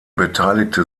beteiligte